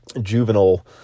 juvenile